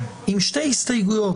עם שתי הסתייגויות,